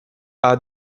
are